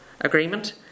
agreement